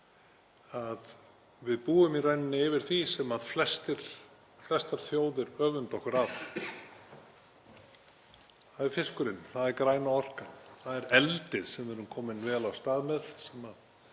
við búum í rauninni yfir því sem flestar þjóðir öfunda okkur af. Það er fiskurinn, það er græna orkan, það er eldið sem við erum komin vel af stað með